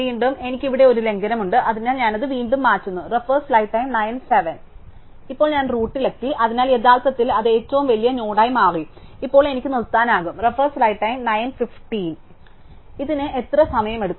വീണ്ടും എനിക്ക് ഇവിടെ ഒരു ലംഘനമുണ്ട് അതിനാൽ ഞാൻ അത് വീണ്ടും മാറ്റുന്നു ഇപ്പോൾ ഞാൻ റൂട്ടിലെത്തി അതിനാൽ യഥാർത്ഥത്തിൽ അത് ഏറ്റവും വലിയ നോഡായി മാറി ഇപ്പോൾ എനിക്ക് നിർത്താനാകും ഇതിന് എത്ര സമയമെടുക്കും